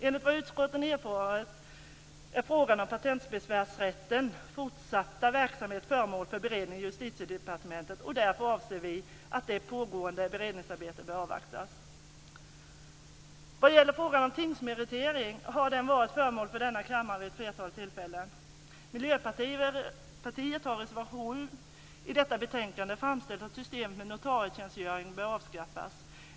Enligt vad utskottet erfarit är frågan om Patentbesvärsrättens fortsatta verksamhet föremål för beredning i Justitiedepartementet, och därför anser vi att det pågående beredningsarbetet bör avvaktas. Frågan om tingsmeritering har varit föremål för behandling i denna kammare vid ett flertal tillfällen. Miljöpartiet har i reservation 7 till detta betänkande framfört att systemet med notarietjänstgöring bör avskaffas.